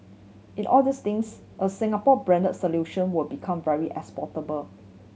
it all these things a Singapore brand solution will be come very exportable